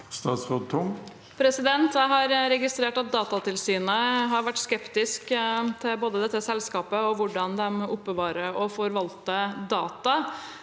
Jeg har re- gistrert at Datatilsynet har vært skeptisk til dette selskapet og til hvordan de oppbevarer og forvalter data.